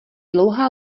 dlouhá